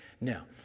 Now